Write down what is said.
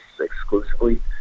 exclusively